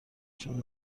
چون